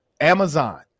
Amazon